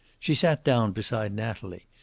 she sat down beside natalie,